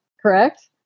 correct